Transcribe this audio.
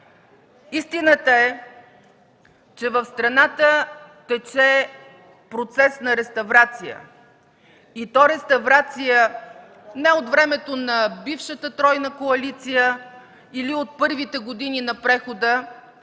Истината е, че в страната тече процес на реставрация и то на реставрация не от времето на бившата тройна коалиция или от първите години на прехода,